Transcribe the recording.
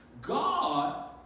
God